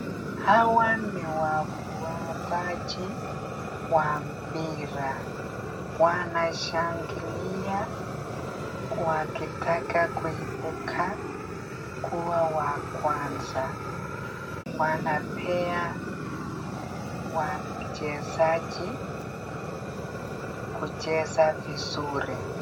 Hawa ni wafuataji wa mpira. Wanashangilia wakitaka kuibuka kuwa wa kwanza. Wanapea wachezaji kucheza vizuri.